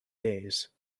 days